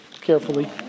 carefully